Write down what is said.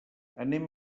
anem